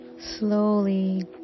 slowly